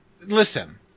listen